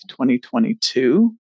2022